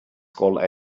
called